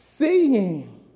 Seeing